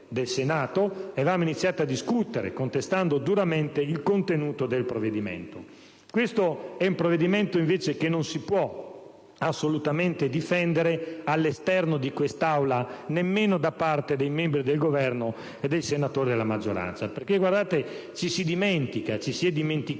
è un provvedimento che non può assolutamente essere difeso all'esterno di quest'Aula nemmeno da parte dei membri del Governo e dei senatori della maggioranza. Infatti, ci si è dimenticati